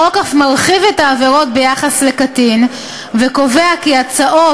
החוק אף מרחיב את העבירות ביחס לקטין וקובע כי הצעות